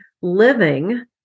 living